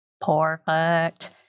Perfect